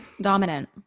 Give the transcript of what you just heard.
Dominant